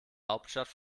hauptstadt